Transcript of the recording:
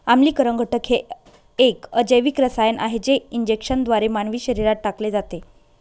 आम्लीकरण घटक हे एक अजैविक रसायन आहे जे इंजेक्शनद्वारे मानवी शरीरात टाकले जाते